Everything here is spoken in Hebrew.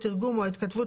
התרגום או ההתכתבות,